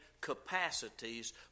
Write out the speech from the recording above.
capacities